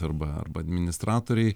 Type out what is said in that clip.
arba arba administratoriai